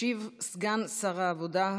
ישיב סגן שר העבודה,